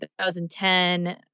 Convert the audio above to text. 2010